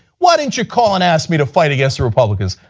why didn't you call and ask me to fight against the republicans?